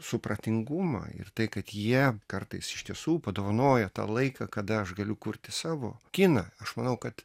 supratingumą ir tai kad jie kartais iš tiesų padovanoja tą laiką kada aš galiu kurti savo kiną aš manau kad